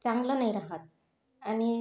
चांगलं नाही राहत आणि